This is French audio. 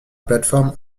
plateforme